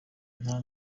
nta